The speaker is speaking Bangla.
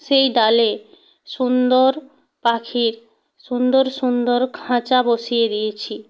সেই ডালে সুন্দর পাখির সুন্দর সুন্দর খাঁচা বসিয়ে দিয়েছি